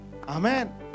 Amen